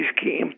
scheme